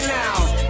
now